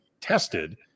tested